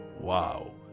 Wow